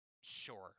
Sure